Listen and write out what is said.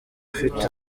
afite